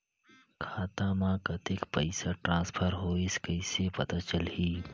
खाता म कतेक पइसा ट्रांसफर होईस कइसे पता चलही?